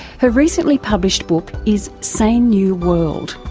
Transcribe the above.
her recently published book is sane new world.